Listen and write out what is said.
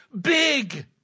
big